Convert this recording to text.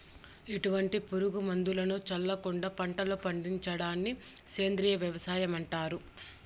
ఎటువంటి పురుగు మందులను చల్లకుండ పంటలను పండించడాన్ని సేంద్రీయ వ్యవసాయం అంటారు